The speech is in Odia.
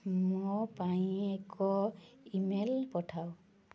ମୋ ପାଇଁ ଏକ ଇମେଲ୍ ପଠାଅ